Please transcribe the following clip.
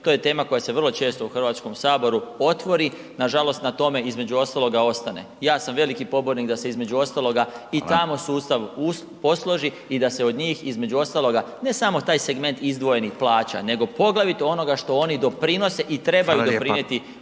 to je tema koja se vrlo često u HS-u otvori nažalost na tome između ostaloga ostane. Ja sam veliki pobornik da se između ostaloga i tamo sustav posloži i da se od njih ne samo taj segment izdvojenih plaća nego poglavito onoga što oni doprinose i trebaju doprinijeti